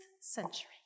century